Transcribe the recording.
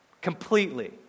completely